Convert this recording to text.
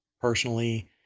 personally